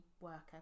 worker